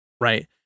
right